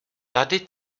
tady